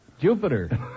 Jupiter